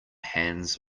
hands